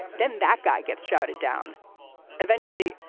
then that guy gets shouted down eventually.